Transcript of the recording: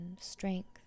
strength